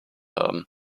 haben